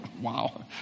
Wow